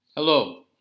Hello